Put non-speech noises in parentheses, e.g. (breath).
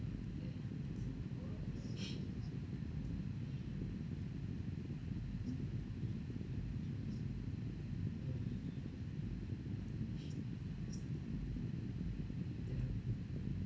ya (breath) mm ya